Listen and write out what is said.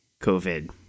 COVID